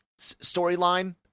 storyline